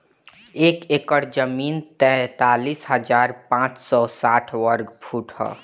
एक एकड़ जमीन तैंतालीस हजार पांच सौ साठ वर्ग फुट ह